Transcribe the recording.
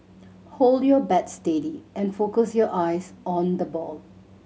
hold your bat steady and focus your eyes on the ball